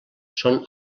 són